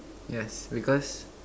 yes because